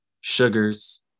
sugars